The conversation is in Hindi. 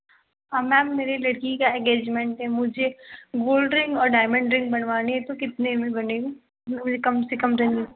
मैम मेरी लड़की का एंगेजमेंट है मुझे गोल्ड रिंग और डायमंड रिंग बनवानी है तो कितने में बनेगी मुझे कम से कम रेंज में